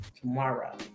tomorrow